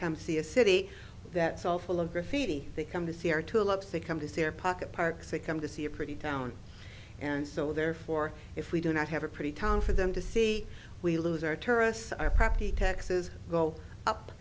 come see a city that's all full of defeating they come to see our tulips they come to their pocket park say come to see a pretty town and so therefore if we do not have a pretty town for them to see we lose our tourists our property taxes go up